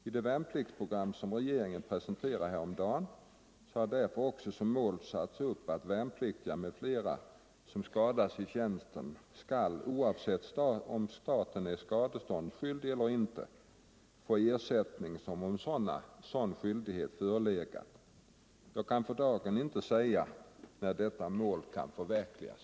I det värnpliktsprogram som regeringen presenterade häromdagen har därför som mål satts upp att värnpliktiga m.fl. som skadas i tjänsten skall, oavsett om staten är skadeståndsskyldig eller inte, få ersättning som om sådan skyldighet förelegat. Jag kan för dagen inte säga när detta mål kan förverkligas.